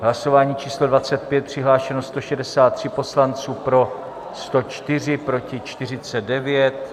Hlasování číslo 25. Přihlášeni 163 poslanci, pro 104, proti 49.